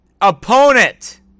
opponent